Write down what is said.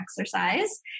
exercise